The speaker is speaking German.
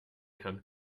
herrn